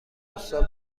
پستال